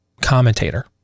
commentator